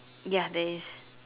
ya there is